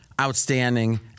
outstanding